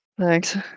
Thanks